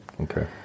okay